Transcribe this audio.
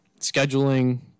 scheduling